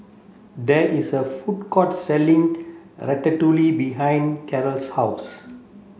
there is a food court selling Ratatouille behind Karel's house